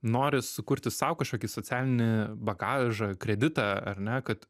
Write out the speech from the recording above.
nori sukurti sau kažkokį socialinį bagažą kreditą ar ne kad